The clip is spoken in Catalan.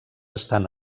estan